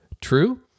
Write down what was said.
True